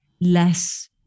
less